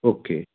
okay